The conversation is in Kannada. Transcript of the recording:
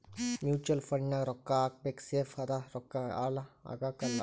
ಮೂಚುವಲ್ ಫಂಡ್ ನಾಗ್ ರೊಕ್ಕಾ ಹಾಕಬೇಕ ಸೇಫ್ ಅದ ರೊಕ್ಕಾ ಹಾಳ ಆಗಲ್ಲ